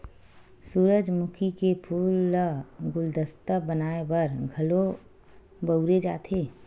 सूरजमुखी के फूल ल गुलदस्ता बनाय बर घलो बउरे जाथे